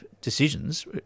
decisions